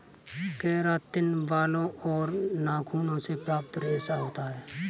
keratin बालों और नाखूनों से प्राप्त रेशा होता है